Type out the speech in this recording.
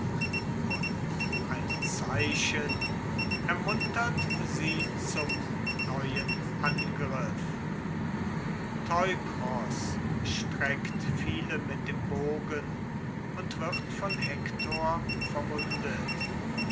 und ein zeichen ermuntert sie zum neuen angriff teukros streckt viele mit dem bogen und wird von hektor verwundet